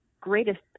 greatest